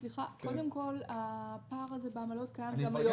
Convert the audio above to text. הפער הזה בעמלות קיים גם היום.